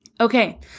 Okay